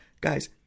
guys